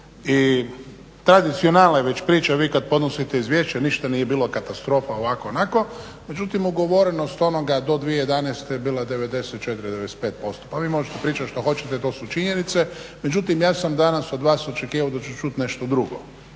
I tradicionalna je već priča. Vi kad podnosite izvješće ništa nije bilo katastrofa, ovako, onako. Međutim, ugovorenost onoga do 2011. je bila 94, 95% pa vi možete pričati što hoćete. To su činjenice. Međutim, ja sam danas od vas očekivao da ću čuti nešto drugo,